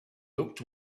looked